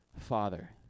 Father